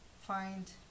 find